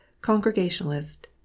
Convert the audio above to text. Congregationalist